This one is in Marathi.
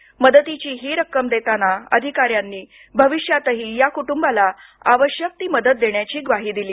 या मदतीची रक्कम देताना अधिकाऱ्यांनी भविष्यातही या कुटुंबाला आवश्यक ती मदत देण्याची ग्वाही दिली